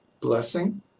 blessing